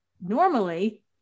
normally